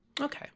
okay